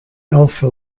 alpha